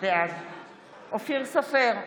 בעד אופיר סופר,